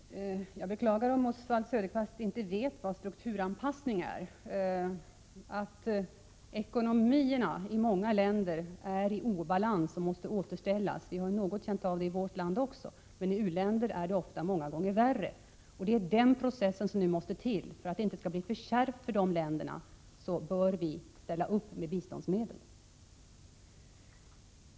Herr talman! Jag beklagar om Oswald Söderqvist inte vet vad strukturanpassning är. Ekonomierna i många länder är i obalans och måste återställas. Vi har något haft känning av detta i vårt land, men i u-länderna är det ofta många gånger värre. Det är den processen — återställande — som nu måste ske, och för att det inte skall bli alltför kärvt för de fattiga länderna måste vi ställa upp med biståndsmedel.